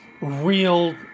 real